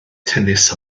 tennis